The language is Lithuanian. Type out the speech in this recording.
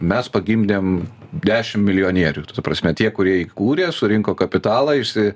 mes pagimdėm dešim milijonierių tai ta prasme tie kurie įkūrė surinko kapitalą išsi